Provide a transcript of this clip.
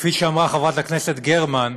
כפי שאמרה חברת הכנסת גרמן,